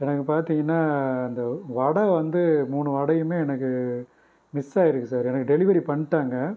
எனக்கு பார்த்திங்கன்னா அந்த வடை வந்து மூணு வடையுமே எனக்கு மிஸ் ஆயிருக்கு சார் எனக்கு டெலிவரி பண்ணிட்டாங்க